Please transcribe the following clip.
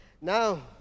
Now